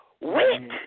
Wait